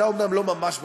אתה אומנם לא ממש בפסגה,